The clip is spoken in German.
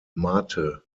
mate